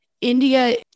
India